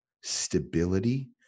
stability